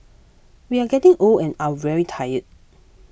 we are getting old and are very tired